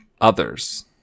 others